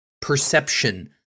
perception